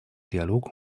dialog